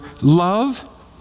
love